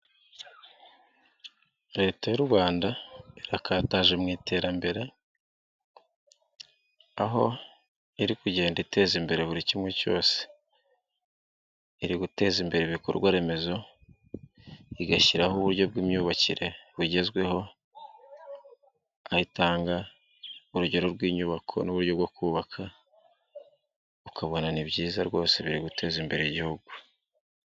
Leta y'u Rwanda irakataje mu iterambere aho iri kugenda iteza imbere buri kimwe cyose. Iri guteza imbere ibikorwa remezo igashyiraho uburyo bw'imyubakire bugezweho, Aho itanga urugero rw'inyubako n'uburyo bwo kubaka, ukabona ni byiza rwose biri guteza imbere igihugu.